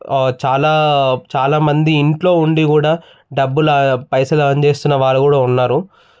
చాలా చాలా మంది ఇంట్లో ఉండి కూడా డబ్బులా పైసలు ఎర్న్ చెస్తున్న వారు కూడా ఉన్నారు